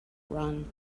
run